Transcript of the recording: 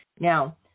Now